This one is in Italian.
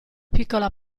piccola